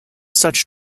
such